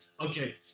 Okay